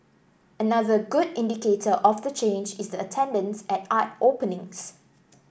another good indicator of the change is the attendance at art openings